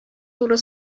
туры